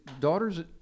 daughters